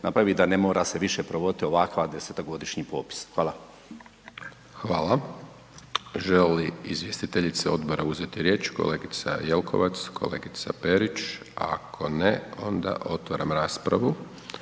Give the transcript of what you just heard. napravi, da ne mora se više provoditi ovakav 10-godišnji popis, hvala. **Hajdaš Dončić, Siniša (SDP)** Hvala. Žele li izvjestiteljice odbora uzeti riječ? Kolegica Jelkovac, kolegica Perić? Ako ne, onda otvaram raspravu.